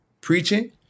preaching